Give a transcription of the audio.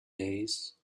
days